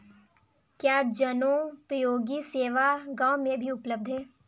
क्या जनोपयोगी सेवा गाँव में भी उपलब्ध है?